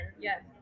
Yes